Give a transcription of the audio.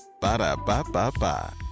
Ba-da-ba-ba-ba